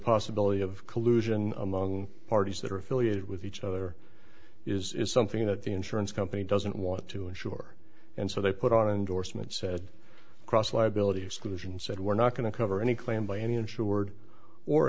possibility of collusion among parties that are affiliated with each other is something that the insurance company doesn't want to insure and so they put on an endorsement said cross liability exclusion said we're not going to cover any claim by any insured or